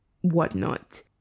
whatnot